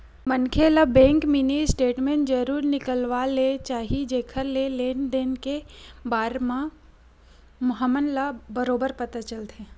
मनखे ल bank mini statement जरूर निकलवा ले चाही जेखर ले लेन देन के बार म हमन ल बरोबर पता चलथे